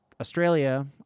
Australia